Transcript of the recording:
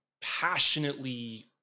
passionately